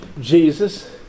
Jesus